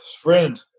friend